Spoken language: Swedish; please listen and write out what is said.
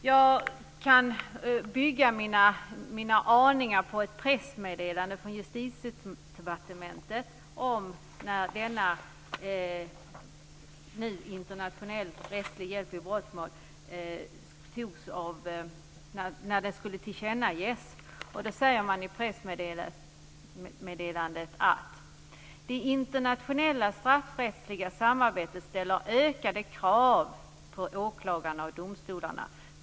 Jag bygger mina aningar på ett pressmeddelande från Justitiedepartementet från den tidpunkt då den internationella rättsliga hjälpen vid brottmål skulle tillkännages. Man säger i pressmeddelandet: "Det internationella straffrättsliga samarbetet ställer ökade krav på åklagarna och domstolarna.